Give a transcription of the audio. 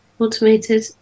automated